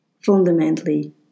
fundamentally